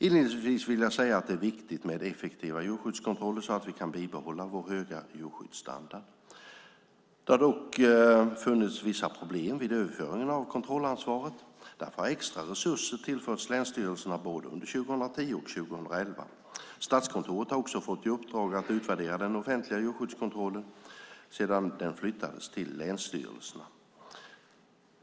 Inledningsvis vill jag säga att det är viktigt med effektiva djurskyddskontroller så att vi kan bibehålla vår höga djurskyddsstandard. Det har dock funnits vissa problem vid överföringen av kontrollansvaret. Därför har extra resurser tillförts länsstyrelserna under både 2010 och 2011. Statskontoret har också fått i uppdrag att utvärdera den offentliga djurskyddskontrollen sedan den flyttats till länsstyrelserna.